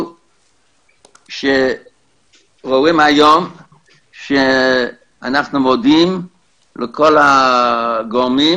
אנחנו אומרים היום שאנחנו מודים לכל הגורמים